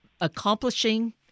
accomplishing